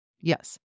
Yes